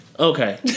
okay